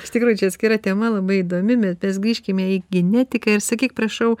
iš tikrųjų čia atskira tema labai įdomi bet mes grįžkime į genetiką ir sakyk prašau